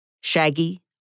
Shaggy